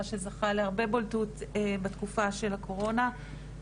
שזכה להרבה בולטות בתקופה של הקורונה,